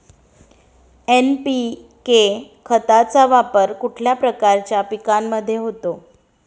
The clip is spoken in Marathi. एन.पी.के खताचा वापर कुठल्या प्रकारच्या पिकांमध्ये होतो?